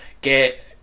get